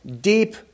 deep